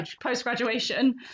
post-graduation